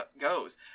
goes